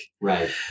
Right